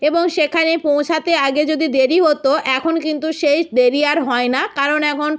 এবং সেখানে পৌঁছাতে আগে যদি দেরি হতো এখন কিন্তু সেই দেরি আর হয় না কারণ এখন